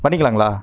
பண்ணிக்கலாங்களா